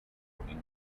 london